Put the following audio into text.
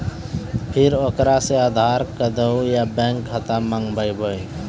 फिर ओकरा से आधार कद्दू या बैंक खाता माँगबै?